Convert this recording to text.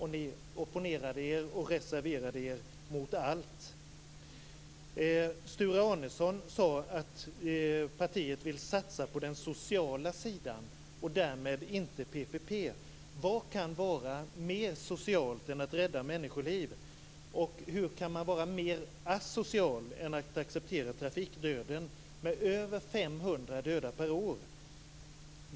Då opponerade och reserverade ni er mot allt. Sture Arnesson sade att partiet vill satsa på den sociala sidan och därmed inte PPP. Vad kan vara mer socialt än att rädda människoliv? Hur kan man vara mer asocial än att acceptera trafikdöden med över 500 döda per år?